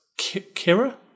Kira